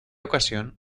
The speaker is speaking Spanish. ocasión